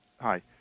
Hi